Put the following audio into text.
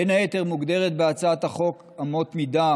בין היתר מוגדרות בהצעת החוק אמות מידה